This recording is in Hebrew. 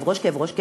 כאב ראש,